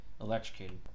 electrocuted